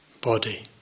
body